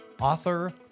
Author